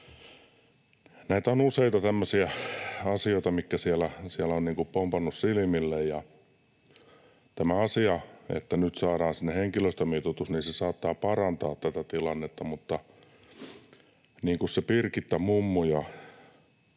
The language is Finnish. Näitä on useita tämmöisiä asioita, mitkä sieltä ovat pompanneet silmille. Tämä asia, että nyt saadaan sinne henkilöstömitoitus, saattaa parantaa tätä tilannetta, mutta Birgitta-mummu ja